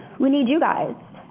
we need you guys.